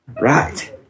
right